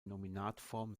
nominatform